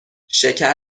شکر